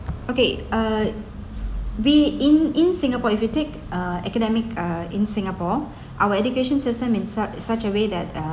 okay uh be in in singapore if you take uh academic uh in singapore our education system in su~ such a way that uh